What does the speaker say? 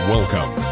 Welcome